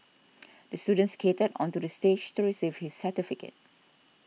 the student skated onto the stage to receive his certificate